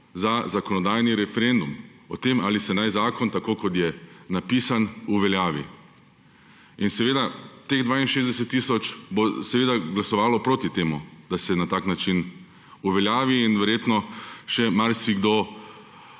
za zakonodajni referendum o tem, ali se naj zakon, tako kot je napisan, uveljavi. In seveda, teh 62 tisoč bo seveda glasovalo proti temu, da se na tak način uveljavi in verjetno še marsikdo